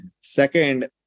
Second